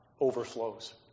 overflows